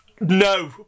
No